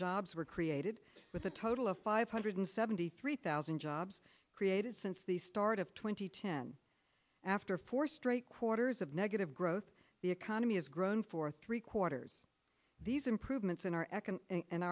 jobs were created with a total of five hundred seventy three thousand jobs created since the start of twenty ten after four straight quarters of negative growth the economy has grown for three quarters these improvements in our